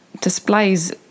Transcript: displays